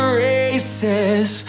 races